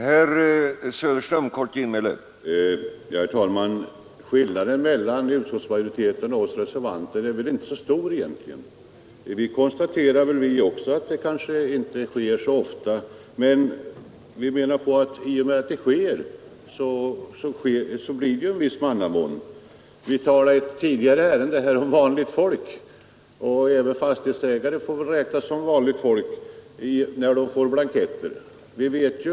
Herr talman! Skillnaden mellan utskottsmajoritetens och reservanternas åsikt är väl egentligen inte så stor. Också vi konstaterar att det kanske inte sker så ofta att fastighetsägaren inte får besked om det åsatta taxeringsvärdet. Men i och med att det sker blir det en viss mannamån. I ett tidigare ärende talade vi om vanligt folk, och även fastighetsägare får väl räknas till vanligt folk när de får blanketter att fylla i.